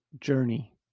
journey